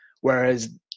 whereas